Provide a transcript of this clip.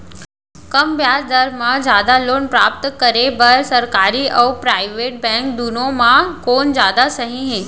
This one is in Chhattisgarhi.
कम ब्याज दर मा जादा लोन प्राप्त करे बर, सरकारी अऊ प्राइवेट बैंक दुनो मा कोन जादा सही हे?